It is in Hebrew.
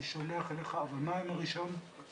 אני שולח אליך, אבל מה עם הרישיון עצמו?